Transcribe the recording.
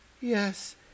Yes